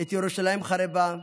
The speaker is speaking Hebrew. את ירושלים חרבה,